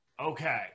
okay